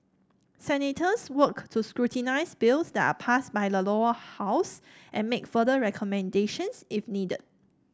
senators work to scrutinise bills that are passed by the Lower House and make further recommendations if needed